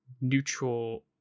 neutral